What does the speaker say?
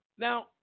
Now